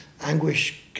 anguish